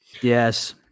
Yes